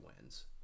wins